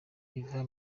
biva